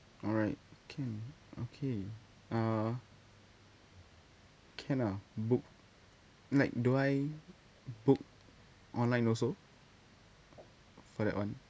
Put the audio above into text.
alright can okay uh can ah book like do I book online also for that one